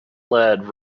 lead